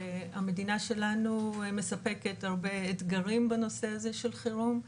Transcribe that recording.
והמדינה שלנו מספקת הרבה אתגרים בנושא הזה של חירום,